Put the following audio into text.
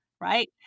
right